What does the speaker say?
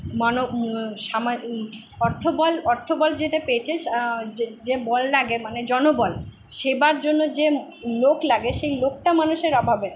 অর্থবল অর্থবল যেটা পেয়েছে যে বল লাগে মানে জনবল সেবার জন্য যে লোক লাগে সেই লোকটা মানুষের অভাবে